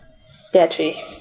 sketchy